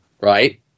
right